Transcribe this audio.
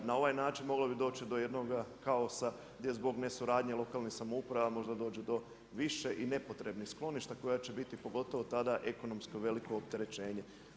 Na ovaj način moglo bi doći do jednoga kaosa gdje zbog nesuradnje lokalne samouprava možda dođe do više i nepotrebnih skloništa koja će biti pogotovo tada ekonomsko veliko opterećenje.